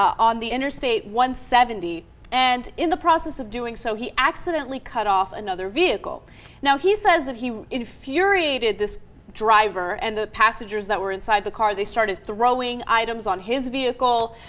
on the interstate one seventy and in the process of doing so he accidentally cut off another vehicle now he says that he infuriated this driver and the passengers that were inside the car they started the rolling items on his vehicle